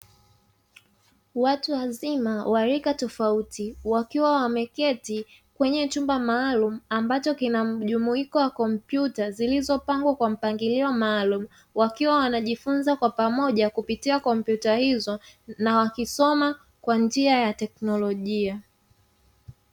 Watu wazima wa rika tofauti wakiwa wameketi kwenye chumba maalumu ambacho kina mjumuiko wa kompyuta zilizopangwa kwa mpangilio maalumu wakiwa wanajifunza kwa pamoja kupitia kompyuta hizo na wakisoma kwa njia ya teknolojia.